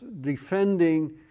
defending